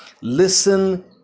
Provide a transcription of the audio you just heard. Listen